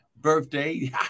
birthday